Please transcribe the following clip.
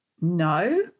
No